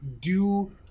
do-